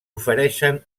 ofereixen